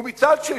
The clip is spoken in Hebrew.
ומצד שני,